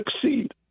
succeed